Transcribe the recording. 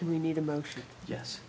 can we need emotion yes